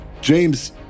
James